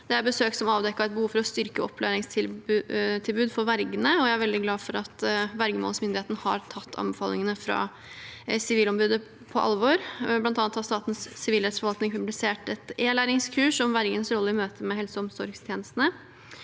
Det er besøk som har avdekket et behov for å styrke opplæringstilbudet for vergene. Jeg er veldig glad for at vergemålsmyndigheten har tatt anbefalingene fra Sivilombudet på alvor, bl.a. har Statens sivilrettsforvaltning publisert et e-læringskurs om vergens rolle i møte med helse- og omsorgstjenestene.